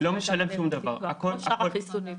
כמו שאר החיסונים.